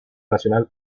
nacional